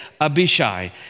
Abishai